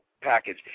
package